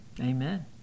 Amen